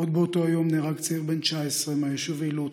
עוד באותו היום נהרג צעיר בן 19 מהיישוב עילוט,